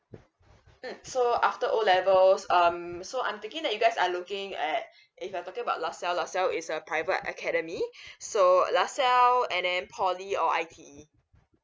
mm so after o levels um so I'm thinking that you guys are looking at if you are talking about la salle la salle is a private academy so la salle and then poly or I_T_E